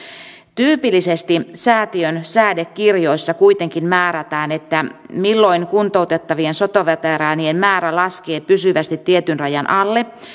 tyypillisesti säätiön säädekirjoissa kuitenkin määrätään että milloin kuntoutettavien sotaveteraanien määrä laskee pysyvästi tietyn rajan alle